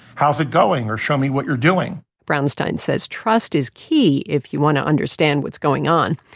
how's it going? or show me what you're doing brownstein says trust is key if you want to understand what's going on.